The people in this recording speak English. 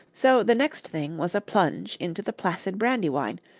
so the next thing was a plunge into the placid brandywine,